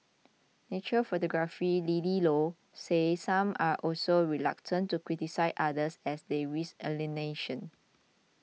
nature photographer Lily Low said some are also reluctant to criticise others as they risk alienation